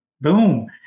boom